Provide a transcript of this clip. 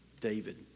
David